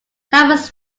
thomas